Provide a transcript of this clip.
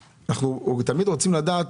תמיד אנחנו רוצים לדעת